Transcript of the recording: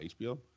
HBO